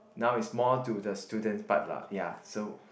now is more to the students part lah ya so